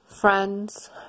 friends